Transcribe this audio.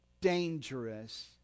dangerous